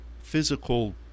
physical